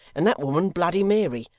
and that woman bloody mary.